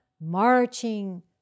marching